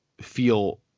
feel –